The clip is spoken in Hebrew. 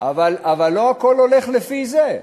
אבל לא הכול הולך לפי זה.